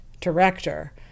director